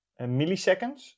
milliseconds